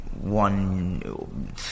one